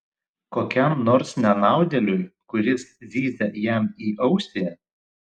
kokiam nors nenaudėliui kuris zyzia jam į ausį